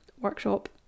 workshop